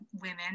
women